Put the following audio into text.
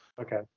Okay